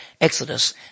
Exodus